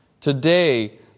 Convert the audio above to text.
Today